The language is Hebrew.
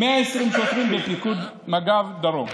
120 שוטרים בפיקוד מג"ב דרום.